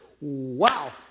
wow